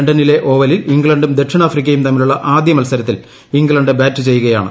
ലണ്ടനിലെ ഓവലിൽ ഇംഗ്ലണ്ടും ദക്ഷിണാഫ്രിക്കയും തമ്മിലുള്ള ആദ്യ മത്സരത്തിൽ ഇംഗ്ലണ്ട് ബാറ്റ് ചെയ്യുകയാണ്